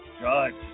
Judge